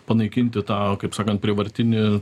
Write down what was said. panaikinti tą kaip sakant prievartinį